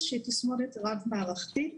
שהיא תסמונת רב מערכתית.